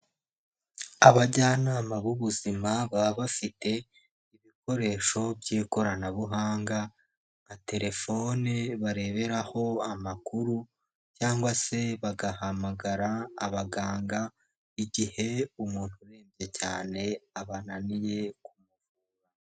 Abajyanama b'ubuzima baba bafite ibikoresho by'ikoranabuhanga, nka telefone bareberaho amakuru, cyangwa se bagahamagara abaganga igihe umuntu urembye cyane abananiye.